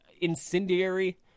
incendiary